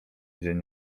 dzień